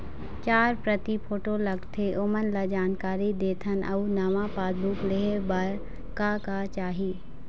चार प्रति फोटो लगथे ओमन ला जानकारी देथन अऊ नावा पासबुक लेहे बार का का चाही?